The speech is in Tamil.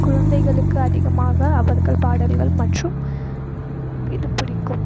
குழந்தைகளுக்கு அதிகமாக அவர்கள் பாடல்கள் மற்றும் இது பிடிக்கும்